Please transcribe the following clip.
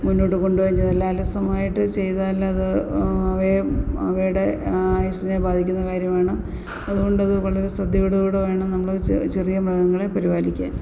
മുന്നോട്ട് കൊണ്ടുപോകുകയും ചെയ്തില്ലെൽ അലസമായിട്ട് ചെയ്താലത് അവയെ അവയുടെ ആയുസ്സിനെ ബാധിക്കുന്ന കാര്യമാണ് അതുകൊണ്ടത് വളരെ ശ്രദ്ധയോട് കൂടെ വേണം നമ്മളത് ചെറിയ മൃഗങ്ങളേ പരിപാലിക്കാൻ